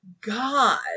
God